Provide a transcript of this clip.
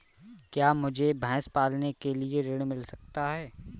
क्या मुझे भैंस पालने के लिए ऋण मिल सकता है?